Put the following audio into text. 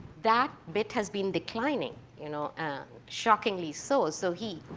that bit has been declining. you know shockingly so. so he,